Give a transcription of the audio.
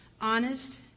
honest